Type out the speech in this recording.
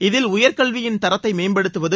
இதில் உயர்கல்வியின் தரத்தை மேம்படுத்துவது